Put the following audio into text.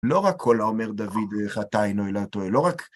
לא רק "כל האומר דוד חטא אינו אלא טועה", לא רק...